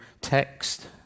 text